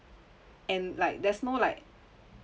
end like there's no like